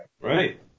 Right